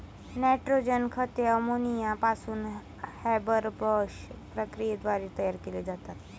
nitrogen खते ammonia पासून Haber Bosch प्रक्रियेद्वारे तयार केली जातात